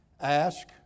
Ask